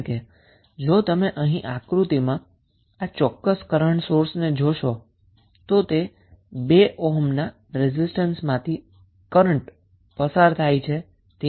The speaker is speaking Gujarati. કારણ કે જો તમે આ આક્રુતિ જોશો તો આ ચોક્ક્સ કરન્ટ સોર્સની વેલ્યુ એ 2 ઓહ્મ રેઝિસ્ટન્સમાંથી વહેતા કરન્ટ પર આધારીત છે